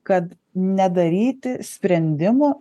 kad nedaryti sprendimų